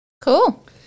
Cool